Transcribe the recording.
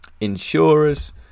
insurers